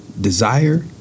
Desire